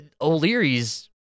O'Leary's